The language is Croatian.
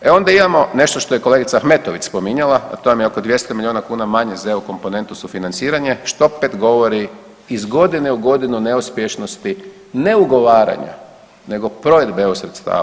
E onda imamo nešto što je kolegica Ahmetović spominjala a to vam je oko 200 milijuna kuna manje za EU komponentu sufinanciranje što opet govori iz godine u godinu o neuspješnosti ne ugovaranja, nego provedbe EU sredstava.